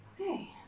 okay